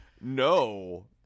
No